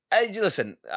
listen